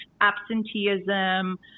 absenteeism